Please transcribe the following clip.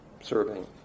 serving